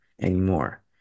anymore